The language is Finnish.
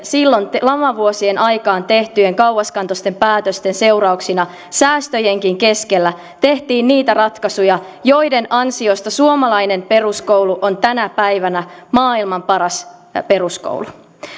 silloin näiden lamavuosien aikaan tehtyjen viisaiden kauaskantoisten päätösten seurauksena säästöjenkin keskellä tehtiin niitä ratkaisuja joiden ansiosta suomalainen peruskoulu on tänä päivänä maailman paras peruskoulu